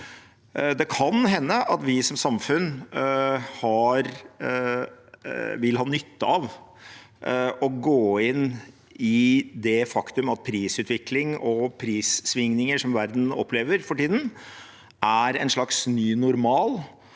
Det kan hende vi som samfunn vil ha nytte av å gå inn i det faktum at prisutviklingen og prissvingningene som verden opplever for tiden, er en slags ny normal,